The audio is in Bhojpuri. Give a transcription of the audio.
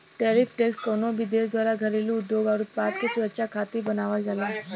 टैरिफ टैक्स कउनो भी देश द्वारा घरेलू उद्योग आउर उत्पाद के सुरक्षा खातिर बढ़ावल जाला